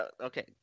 Okay